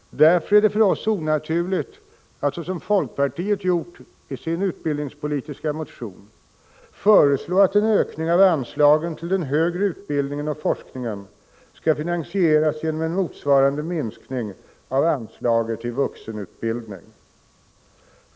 Därför är det för oss onaturligt att såsom folkpartiet gjort i sin utbildningspolitiska motion föreslå att en ökning av anslagen till den högre utbildningen och forskningen skall finansieras genom en motsvarande minskning av anslaget till vuxenutbildningen.